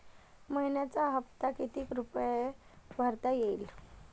मइन्याचा हप्ता कितीक रुपये भरता येईल?